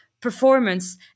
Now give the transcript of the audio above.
performance